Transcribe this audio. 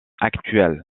actuel